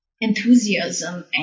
enthusiasm